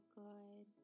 good